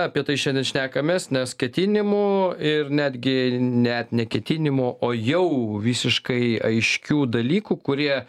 apie tai šiandien šnekamės nes ketinimų ir netgi net ne ketinimų o jau visiškai aiškių dalykų kurie